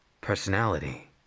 personality